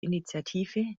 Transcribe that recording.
initiative